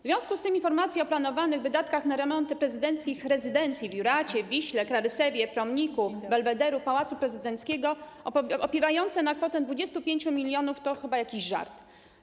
W związku z tym informacja o planowanych wydatkach na remonty prezydenckich rezydencji w Juracie, w Wiśle, w Klarysewie, w Promniku, Belwederu, Pałacu Prezydenckiego, opiewające na kwotę 25 mln, to chyba jakiś żart.